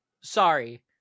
Sorry